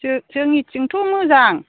जोंनिथिंथ' मोजां